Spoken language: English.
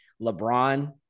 LeBron